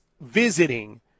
visiting